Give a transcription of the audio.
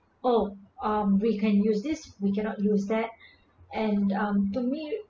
oh um we can use this we cannot use that and um to me